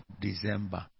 December